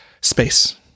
space